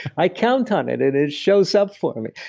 i count on it, and it shows up for me.